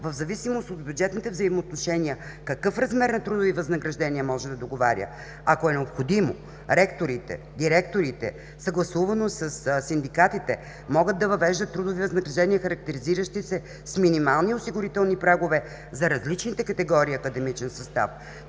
в зависимост от бюджетните взаимоотношения, какъв размер на трудови възнаграждения може да договаря. Ако е необходимо, ректорите, директорите, съгласувано със синдикатите, могат да въвеждат трудови възнаграждения, характеризиращи се с минимални осигурителни прагове за различните категории академичен състав.